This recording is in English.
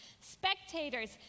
spectators